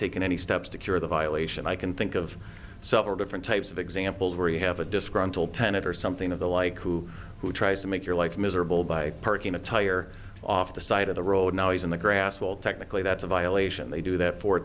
taken any steps to cure the violation i can think of several different types of examples where you have a disgruntled tenet or something of the like who who tries to make your life miserable by parking a tire off the side of the road now he's in the grass well technically that's a violation they do that fo